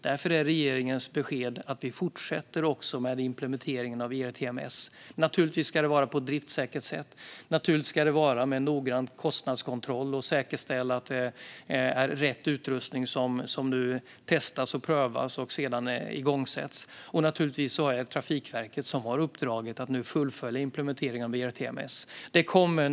Därför är regeringens besked att vi fortsätter med implementeringen av ERTMS. Naturligtvis ska det ske på ett driftssäkert sätt. Naturligtvis ska det ske med noggrann kostnadskontroll, och det ska säkerställas att det är rätt utrustning som testas och prövas och sedan igångsätts. Och naturligtvis är det Trafikverket som har uppdraget att fullfölja implementeringen av ERTMS.